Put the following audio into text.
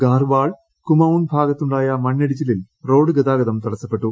ഗാർഹ്വാൾ കുമൌൺ ഭാഗത്ത് ഉണ്ടായ മണ്ണിടിച്ചിലിൽ റോഡ് ഗതാഗതം തടസ്സപ്പെട്ടു